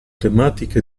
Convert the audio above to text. tematiche